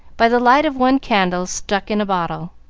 by the light of one candle stuck in a bottle.